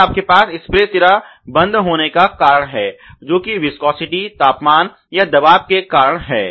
फिर आपके पास स्प्रे सिरा बंद होने का दूसरा कारण है जो कि विस्कोसिटी तापमान या दबाब के कारण हैं